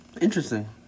interesting